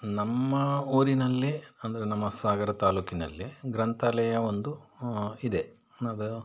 ನಮ್ಮ ಊರಿನಲ್ಲಿ ಅಂದರೆ ನಮ್ಮ ಸಾಗರ ತಾಲೂಕಿನಲ್ಲಿ ಗ್ರಂಥಾಲಯ ಒಂದು ಇದೆ ಅದು